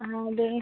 ആ അതെ